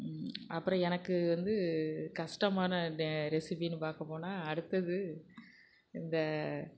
அப்புறம் எனக்கு வந்து கஷ்டமான ரெசிபினு பார்க்கப்போனா அடுத்தது இந்த